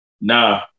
Nah